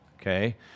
okay